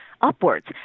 upwards